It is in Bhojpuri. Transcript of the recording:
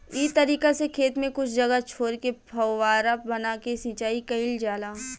इ तरीका से खेत में कुछ जगह छोर के फौवारा बना के सिंचाई कईल जाला